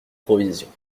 provisions